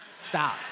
Stop